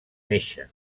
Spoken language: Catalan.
néixer